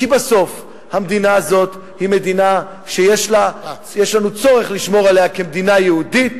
כי בסוף המדינה הזאת היא מדינה שיש לנו צורך לשמור עליה כמדינה יהודית,